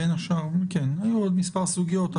היו עוד מספר סוגיות.